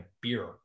beer